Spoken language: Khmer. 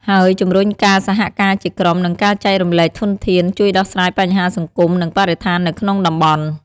ហើយជំរុញការសហការជាក្រុម និងការចែករំលែកធនធាន ជួយដោះស្រាយបញ្ហាសង្គម និងបរិស្ថាននៅក្នុងតំបន់។